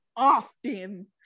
often